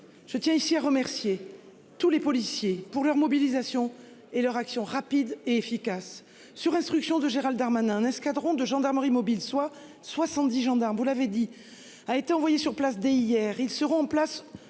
Je tiens ici à remercier tous les policiers pour leur mobilisation et leur action rapide et efficace, sur instruction de Gérald Darmanin, un escadron de gendarmerie mobile, soit 70 gendarmes. Vous l'avez dit a été envoyé sur place dès hier.